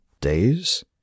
Days